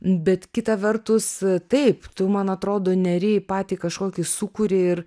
bet kita vertus taip tu man atrodo neri į patį kažkokį sūkurį ir